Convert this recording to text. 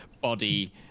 body